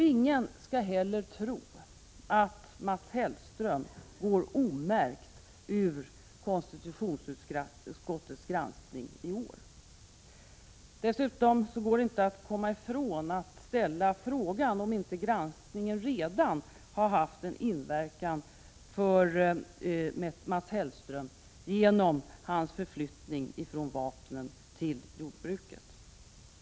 Ingen skall heller tro att Mats Hellström går omärkt ur konstitutionsutskottets granskning. Dessutom går det inte att komma ifrån att granskningen redan har haft en inverkan för Mats Hellströms del genom hans förflyttning till jordbruksdepartementet från utrikesdepartementet med ansvar för bl.a. vapnen.